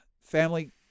Family